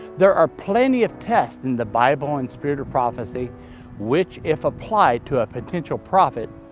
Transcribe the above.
there are plenty of tests in the bible and spirit of prophecy which if applied to a potential prophet,